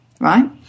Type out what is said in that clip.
right